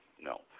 No